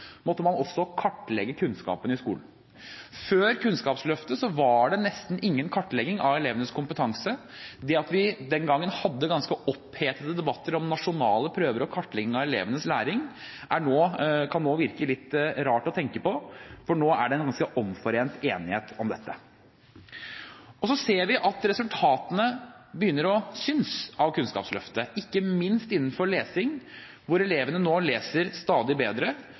måtte man også kartlegge kunnskapene i skolen. Før Kunnskapsløftet var det nesten ingen kartlegging av elevenes kompetanse. Det at vi den gangen hadde ganske opphetede debatter om nasjonale prøver og kartlegging av elevenes læring, kan nå virke litt rart å tenke på, for i dag er det en ganske omforent enighet om dette. Så ser vi at resultatene av Kunnskapsløftet begynner å synes, ikke minst i lesing, hvor elevene nå leser stadig bedre.